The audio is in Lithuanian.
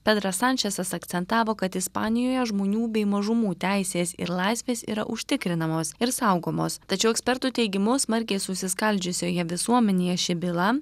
pedras sančesas akcentavo kad ispanijoje žmonių bei mažumų teisės ir laisvės yra užtikrinamos ir saugomos tačiau ekspertų teigimu smarkiai susiskaldžiusioje visuomenėje ši byla